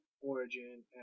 origin